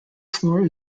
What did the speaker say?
floor